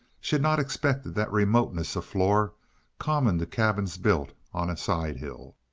she had not expected that remoteness of floor common to cabins built on a side hill.